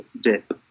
dip